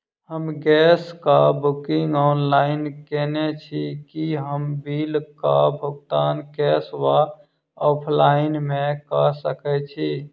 हम गैस कऽ booking online केने छी, की हम बिल कऽ भुगतान कैश वा ऑफलाइन मे कऽ सकय छी?